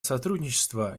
сотрудничество